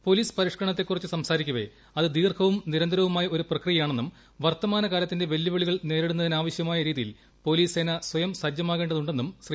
police പരിഷ്ക്കരണത്തെക്കുറിച്ച് സംസാരിക്കവെ അത് ദീർഘവും നിരന്തരവുമായ ഒരു പ്രക്രിയയാണെന്നും വർത്തമാനകാലത്തിന്റെ വെല്ലുവിളികൾ നേരിടുന്നതിനാവശ്യമായ രീതിയിൽ പൊലീസ് സേന സ്വയം സജ്ജമാകേതുന്നും ശ്രീ